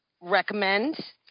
recommend